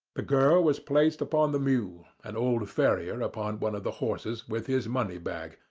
the girl was placed upon the mule, and old ferrier upon one of the horses, with his money-bag,